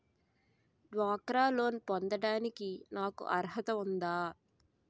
డ్వాక్రా లోన్ పొందటానికి నాకు అర్హత ఉందా?